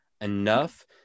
enough